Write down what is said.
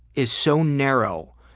is so narrow.